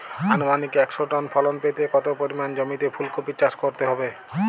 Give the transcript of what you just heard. আনুমানিক একশো টন ফলন পেতে কত পরিমাণ জমিতে ফুলকপির চাষ করতে হবে?